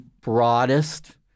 broadest